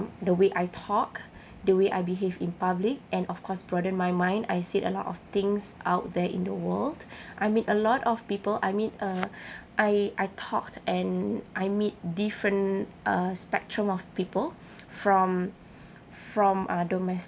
the way I talk the way I behave in public and of course broaden my mind I said a lot of things out there in the world I meet a lot of people I meet uh I I talked and I meet different uh spectrum of people from from uh domestic